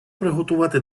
приготувати